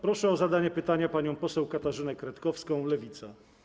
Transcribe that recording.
Proszę o zadanie pytania panią poseł Katarzynę Kretkowską, Lewica.